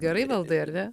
gerai valdai ar ne